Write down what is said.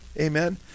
amen